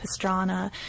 Pastrana